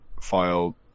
file